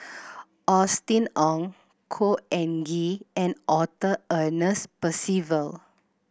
Austen Ong Khor Ean Ghee and Arthur Ernest Percival